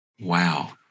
Wow